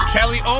Kelly